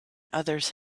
others